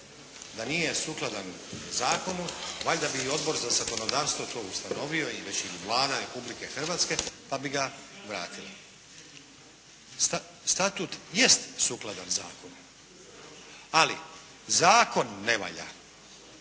Da nije sukladan zakonu valjda bi i Odbor za zakonodavstvo to ustanovio i već ili Vlada Republike Hrvatske pa bi ga vratili. Statut jest sukladan zakonu, ali zakon ne valja.